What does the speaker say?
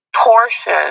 portion